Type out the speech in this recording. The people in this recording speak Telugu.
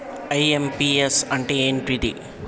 ఐ.ఎమ్.పి.యస్ అంటే ఏంటిది?